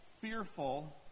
fearful